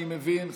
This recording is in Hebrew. אני מבין,